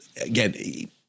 again